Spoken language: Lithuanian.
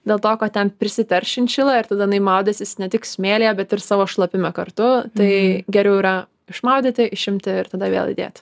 dėl to kad ten prisiterš šinšila ir tada jinai maudysis ne tik smėlyje bet ir savo šlapime kartu tai geriau yra išmaudyti išimti ir tada vėl įdėt